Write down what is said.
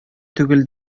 түгел